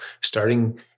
Starting